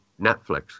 Netflix